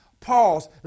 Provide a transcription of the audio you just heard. pause